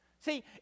See